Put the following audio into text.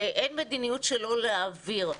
אין מדיניות שלא להעביר.